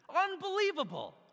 Unbelievable